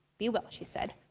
be well, she said.